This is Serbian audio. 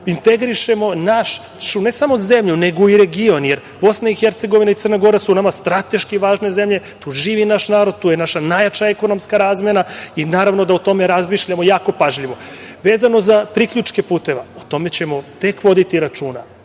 integrišemo našu, ne samo zemlju, nego i region, jer Bosna i Hercegovina i Crna Gora su nama strateški važne zemlje, tu živi naš narod, tu je naša najjača ekonomska razmena i naravno da o tome razmišljamo jako pažljivo. Vezano za priključke puteva, o tome ćemo tek voditi računa,